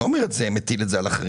אני לא מטיל את זה על אחרים,